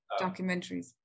documentaries